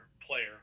player